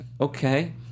Okay